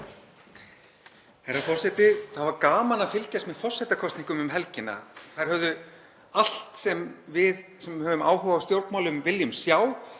Herra forseti. Það var gaman að fylgjast með forsetakosningum um helgina. Þær höfðu allt sem við sem höfum áhuga á stjórnmálum viljum sjá.